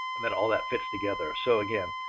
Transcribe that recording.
then all that fits together. so again,